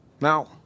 Now